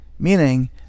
meaning